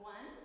One